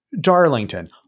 Darlington